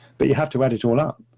but you have to add it all up.